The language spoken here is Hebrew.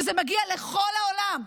וזה מגיע לכל העולם.